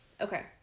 Okay